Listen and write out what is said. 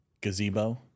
gazebo